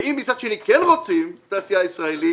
ואם מצד שני כן רוצים תעשייה ישראלית,